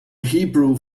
hebrew